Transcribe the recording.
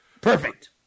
Perfect